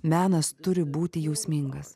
menas turi būti jausmingas